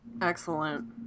Excellent